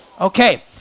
Okay